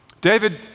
David